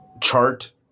chart